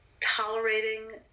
tolerating